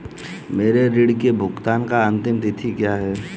मेरे ऋण के भुगतान की अंतिम तिथि क्या है?